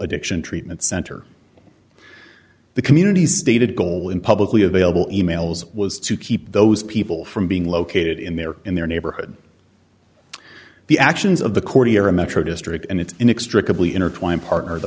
addiction treatment center the community stated goal in publicly available emails was to keep those people from being located in their in their neighborhood the actions of the courtier metro district and it's an extra couple intertwined partner the